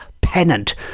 Pennant